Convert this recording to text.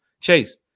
Chase